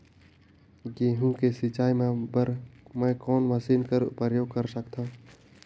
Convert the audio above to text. गहूं के मिसाई बर मै कोन मशीन कर प्रयोग कर सकधव?